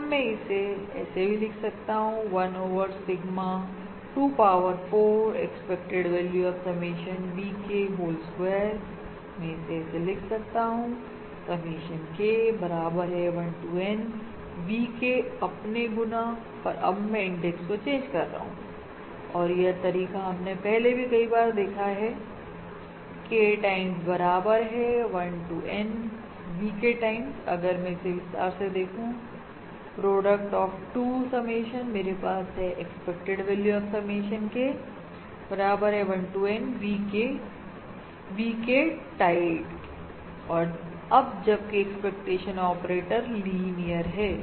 अब मैं इसे ऐसे भी लिख सकता हूं 1 over sigma to power 4 expected value of summation VK whole square मैं इसे ऐसे लिख सकता हूं समेशन K बराबर है 1 to N VK अपने गुना पर अब मैं इंडेक्स को चेंज कर रहा हूं और यह तरीका हमने पहले भी कई बार देखा है K टाइम्स बराबर है 1 to N VK टाइम्स अगर मैं इसे विस्तार से देखूं प्रोडक्ट ऑफ 2 समेशन मेरे पास है expected value of summation K बराबर है 1 to N VK VK tilde और अब जबकि एक्सपेक्टेशन ऑपरेटर लीनियर है